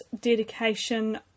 dedication